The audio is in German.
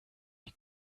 die